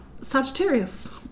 Sagittarius